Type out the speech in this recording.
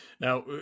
Now